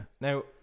Now